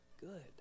good